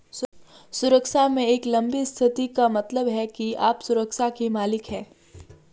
सुरक्षा में एक लंबी स्थिति का मतलब है कि आप सुरक्षा के मालिक हैं